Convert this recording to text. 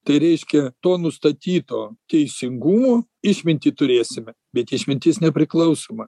tai reiškia to nustatyto teisingumo išmintį turėsime bet išmintis nepriklausoma